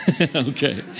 okay